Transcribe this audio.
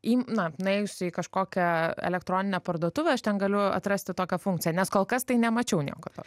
į na nuėjus į kažkokią elektroninę parduotuvę aš ten galiu atrasti tokią funkciją nes kol kas tai nemačiau nieko